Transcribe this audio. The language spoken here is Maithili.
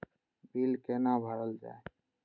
बील कैना भरल जाय?